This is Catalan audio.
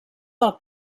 del